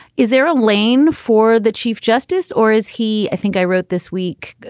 is there a lane for the chief justice or is he? i think i wrote this week,